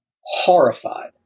horrified